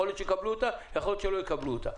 יכול להיות שיקבלו אותה ויכול להיות שלא יקבלו אותה,